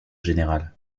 général